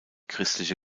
christliche